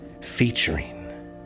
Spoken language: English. featuring